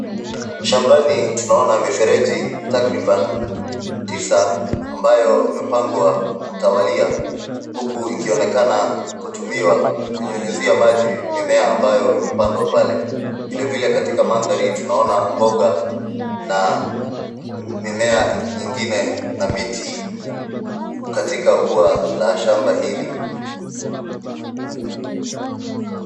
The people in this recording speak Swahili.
Shambani tunaona mifereji takriban tisa ambayo imepangwa mtawalia huku ikionekana kutumiwa kunyunyuzia maji mimea ambayo imepandwa pale. Vile vile katika mandhari tunaona mboga na mimea nyingine na miti katika ua la shamba hili.